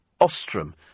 Ostrom